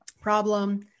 Problem